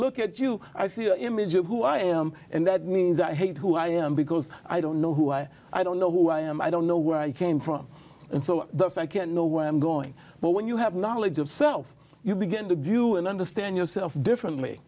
look at you i see the image of who i am and that means i hate who i am because i don't know who i i don't know who i am i don't know where i came from and so that's i can't know where i'm going but when you have knowledge of self you begin to view and understand yourself differently